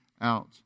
out